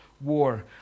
war